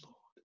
Lord